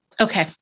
Okay